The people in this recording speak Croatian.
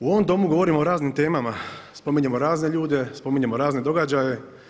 U ovom Domu govorimo o raznim temama, spominjemo razne ljude, spominjemo razne događaje.